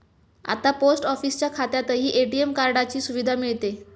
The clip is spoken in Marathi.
आता पोस्ट ऑफिसच्या खात्यातही ए.टी.एम कार्डाची सुविधा मिळते